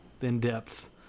in-depth